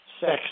sex